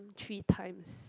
three times